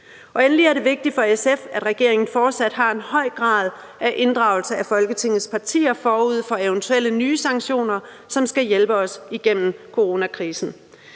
endelig er det vigtigt for SF, at regeringen fortsat har en høj grad af inddragelse af Folketingets partier forud for eventuelle nye sanktioner, som skal hjælpe os igennem coronakrisen.